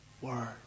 word